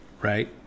right